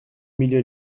milieu